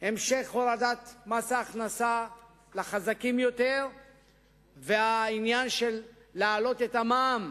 המשך הורדת מס ההכנסה לחזקים יותר והעניין של להעלות את המע"מ,